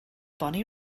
bonnie